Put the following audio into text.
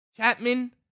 Chapman